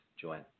Joanne